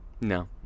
no